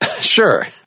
Sure